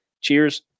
Cheers